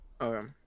okay